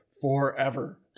forever